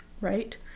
right